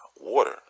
water